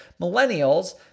millennials